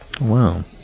Wow